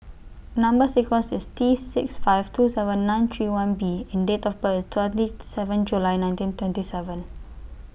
Number sequence IS T six five two seven nine three one B and Date of birth IS twenty seven July nineteen twenty seven